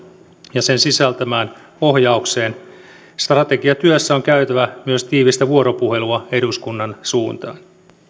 ja sen sisältämään ohjaukseen strategiatyössä on käytävä myös tiivistä vuoropuhelua eduskunnan suuntaan